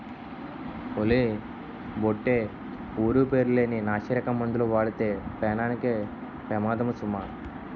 ఓలి బొట్టే ఊరు పేరు లేని నాసిరకం మందులు వాడితే పేనానికే పెమాదము సుమా